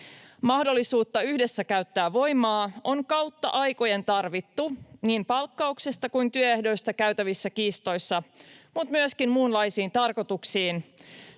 Mahdollisuutta yhdessä käyttää voimaa on kautta aikojen tarvittu niin palkkauksesta kuin työehdoista käytävissä kiistoissa, mutta myöskin muunlaisiin tarkoituksiin.